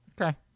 Okay